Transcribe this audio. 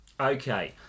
Okay